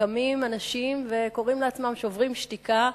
קמים אנשים וקוראים לעצמם "שוברים שתיקה"